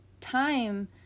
time